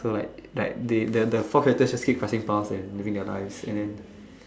so like like they the the four characters just keep crossing paths and living their life and then